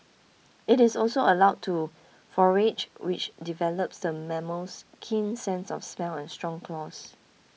it is also allowed to forage which develops the mammal's keen sense of smell and strong claws